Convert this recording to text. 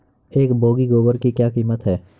एक बोगी गोबर की क्या कीमत है?